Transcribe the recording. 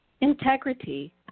integrity